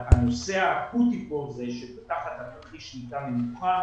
הנושא האקוטי כאן הוא שתחת תרחיש שליטה מורחב